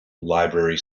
library